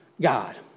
God